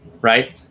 Right